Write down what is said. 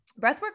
breathwork